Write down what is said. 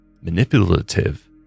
manipulative